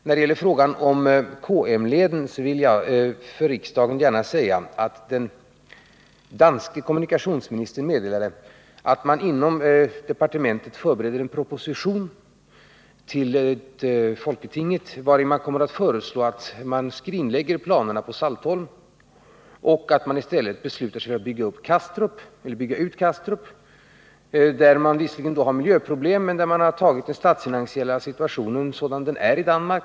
Beträffande frågan om KM-leden vill jag till riksdagen gärna säga att den danske kommunikationsministern meddelade att man i departementet förbereder en proposition till folketinget, vari man kommer att föreslå att planerna på Saltholm skrinläggs och att Kastrup i stället byggs ut, där man visserligen i så fall får miljöproblem. Man har emellertid räknat med den statsfinansiella situationen i Danmark sådan den är.